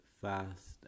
fast